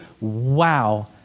Wow